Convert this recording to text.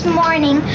morning